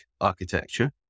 architecture